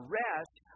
rest